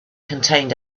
contained